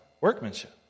workmanship